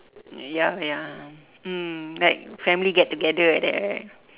ya ya mm like family get together like that right